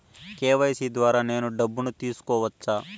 KYC ద్వారా నేను డబ్బును తీసుకోవచ్చా?